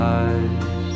eyes